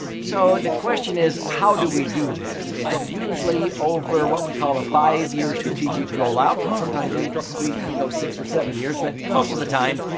so, the question is how do we do this? it's usually over what we call a five year strategic rollout. sometimes we we go six or seven years. but most of the time,